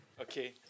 Okay